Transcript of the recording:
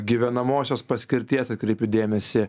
gyvenamosios paskirties atkreipiu dėmesį